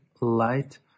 light